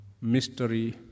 mystery